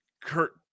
Kurt